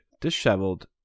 disheveled